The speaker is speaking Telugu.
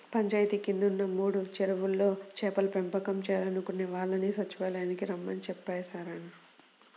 పంచాయితీ కిందున్న మూడు చెరువుల్లో చేపల పెంపకం చేయాలనుకునే వాళ్ళని సచ్చివాలయానికి రమ్మని చాటింపేశారు